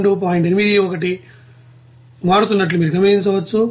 81 మారుతున్నట్లు మీరు గమనించవచ్చు